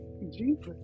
Jesus